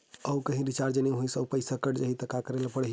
आऊ कहीं रिचार्ज नई होइस आऊ पईसा कत जहीं का करेला पढाही?